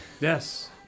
yes